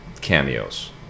cameos